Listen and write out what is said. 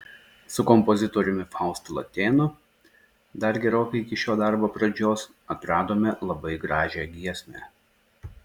su kompozitoriumi faustu latėnu dar gerokai iki šio darbo pradžios atradome labai gražią giesmę